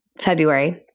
February